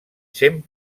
cent